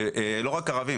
לא רק ערבים,